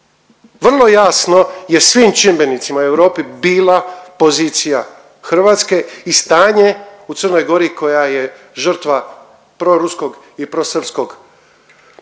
Vrlo jasno je svim čimbenicima u Europi bila pozicija Hrvatske i stanje u CG koja je žrtva proruskog i prosrpskog